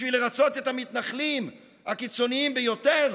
בשביל לרצות את המתנחלים הקיצונים ביותר?